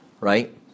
Right